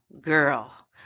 girl